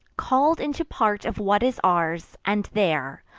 call'd into part of what is ours and there,